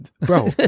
Bro